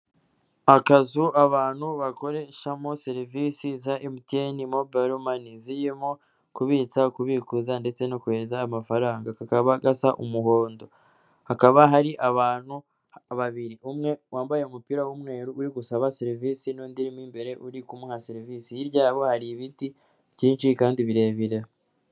Akazu abantu bakoreshamo serivisi za MTN mobile money zirimo kubitsa, kubibikuza ndetse no kohereza amafaranga kakaba gasa umuhondo. Hakaba hari abantu babiri umwe wambaye umupira w'umweru uri gusaba serivisi n'undi urimo imbere uri kumuha serivisi. Hirya y'aho hari ibiti byinshi kandi birebire.